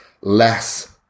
less